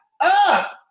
up